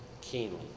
keenly